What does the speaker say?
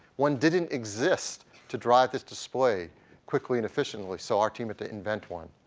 one didn't exist to drive this display quickly and efficiently so our team had to invent one.